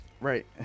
right